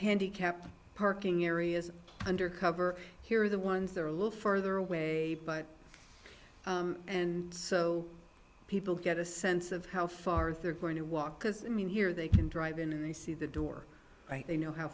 handicapped parking areas under cover here the ones that are a little further away but and so people get a sense of how far they're going to walk because i mean here they can drive in and they see the door right they know how